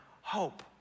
hope